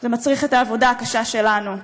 זה מצריך את העבודה הקשה שלנו.